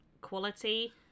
quality